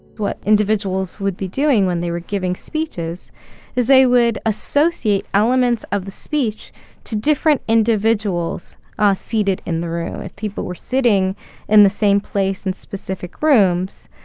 what individuals would be doing when they were giving speeches is they would associate elements of the speech to different individuals ah seated in the room. if people were sitting in the same place in specific rooms,